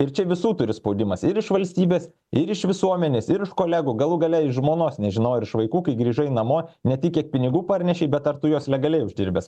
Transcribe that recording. ir čia visų turi spaudimas ir iš valstybės ir iš visuomenės ir iš kolegų galų gale iš žmonos nežinau ar iš vaikų kai grįžai namo ne tik kiek pinigų parnešei bet ar tu juos legaliai uždirbęs